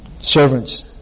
servants